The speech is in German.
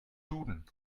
duden